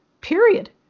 period